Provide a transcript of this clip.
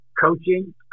coaching